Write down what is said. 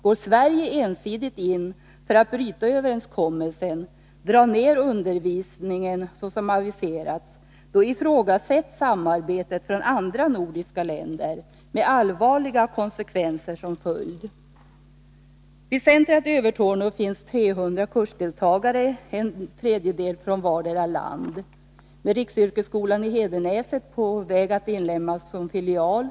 Går Sverige ensidigt in för att bryta överenskommelsen genom att dra ner undervisningen såsom aviserats, då ifrågasätts samarbetet från andra nordiska länder, med allvarliga konsekvenser som följd. Vid centret i Övertorneå finns 300 kursdeltagare, en tredjedel från vartdera landet. Riksyrkesskolan i Hedenäset är på väg att inlemmas som filial.